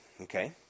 Okay